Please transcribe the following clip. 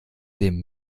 dem